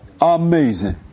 amazing